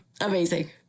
Amazing